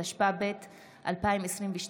התשפ"ב 2022,